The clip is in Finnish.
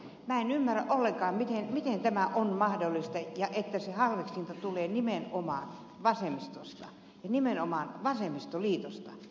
minä en ymmärrä ollenkaan miten tämä on mahdollista ja että se halveksinta tulee nimenomaan vasemmistosta ja nimenomaan vasemmistoliitosta